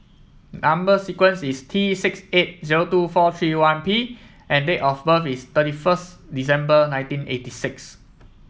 number sequence is T six eight zero two four three one P and date of birth is thirty first December nineteen eighty six